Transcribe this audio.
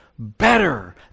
Better